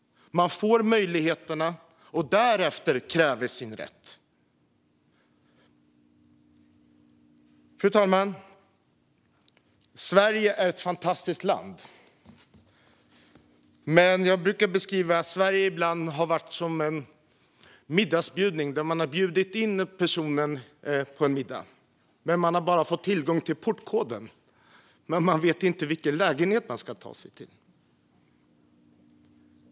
Därefter får man möjligheterna och kräver sin rätt. Fru talman! Sverige är ett fantastiskt land. Men jag brukar ibland beskriva Sverige som en middagsbjudning dit man bjudit in personer som man bara gett portkoden men inte uppgift om vilken lägenhet de ska ta sig till.